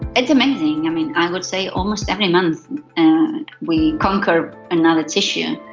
and amazing. i mean, i would say almost every month we conquer another tissue.